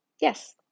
Yes